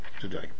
today